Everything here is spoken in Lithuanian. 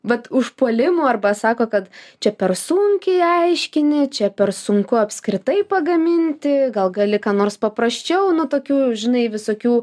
bet užpuolimų arba sako kad čia per sunkiai aiškini čia per sunku apskritai pagaminti gal gali ką nors paprasčiau na tokių žinai visokių